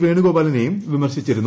വേണുഗോപാലിനേയും വിമർശിച്ചിരുന്നു